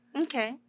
okay